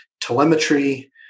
Telemetry